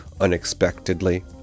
unexpectedly